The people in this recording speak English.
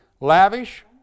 lavish